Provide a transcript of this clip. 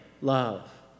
love